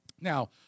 Now